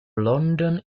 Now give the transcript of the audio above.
london